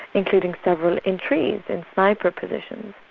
including several in trees, in sniper positions.